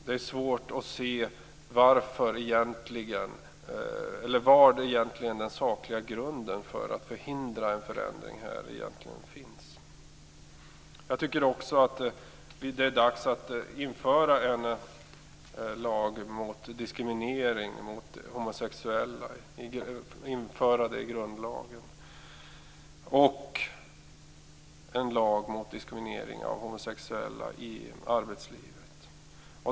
Det är svårt att se var den sakliga grunden för att förhindra en förändring egentligen finns. Jag tycker också att det är dags att införa ett förbud mot diskriminering mot homosexuella i grundlagen, och en lag mot diskriminering av homosexuella i arbetslivet.